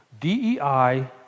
DEI